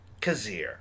Kazir